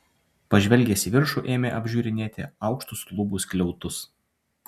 pažvelgęs į viršų ėmė apžiūrinėti aukštus lubų skliautus